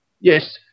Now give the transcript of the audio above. Yes